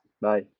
Bye